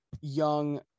young